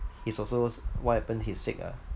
it's also what happened he's sick ah